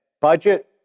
budget